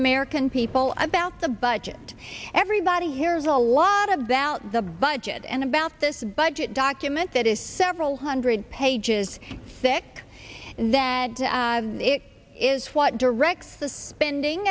american people about the budget everybody hears a lot about the budget and about this budget document that is several hundred pages thick that it is what directs the spending